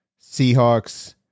Seahawks